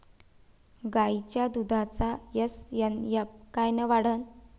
गायीच्या दुधाचा एस.एन.एफ कायनं वाढन?